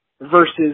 versus